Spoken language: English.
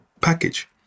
package